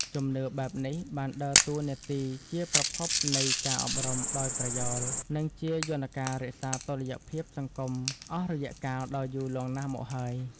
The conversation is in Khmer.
ជំនឿបែបនេះបានដើរតួនាទីជាប្រភពនៃការអប់រំដោយប្រយោល និងជាយន្តការរក្សាតុល្យភាពសង្គមអស់រយៈកាលដ៏យូរលង់ណាស់មកហើយ។